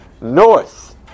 north